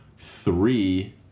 Three